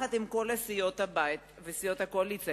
יחד עם כל סיעות הבית וסיעות הקואליציה,